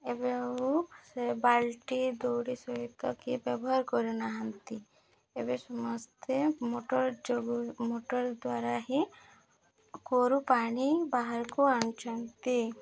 ଏବେ ସେ ବାଲ୍ଟି ଦୌଡ଼ି ସହିତ କି ବ୍ୟବହାର କରୁନାହାନ୍ତି ଏବେ ସମସ୍ତେ ମୋଟର ଯୋଗୁଁ ମୋଟର ଦ୍ୱାରା ହିଁ କୂଅରୁ ପାଣି ବାହାରକୁ ଆଣୁଛନ୍ତି